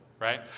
Right